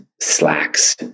slacks